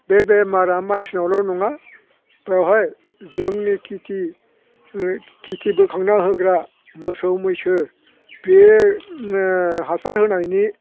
बे बेमारा मानसिनावल' नङा बेवहाय जोंनि खेथि बोखांना होग्रा मोसौ मैसो बे हासार होनायनि